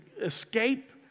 escape